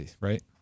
right